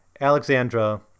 Alexandra